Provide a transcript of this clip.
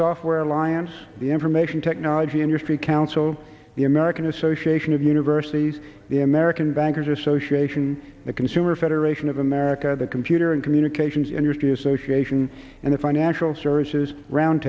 software alliance the information technology in your street council the american association of universities the american bankers association the consumer federation of america the computer and communications industry association and the financial services round